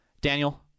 Daniel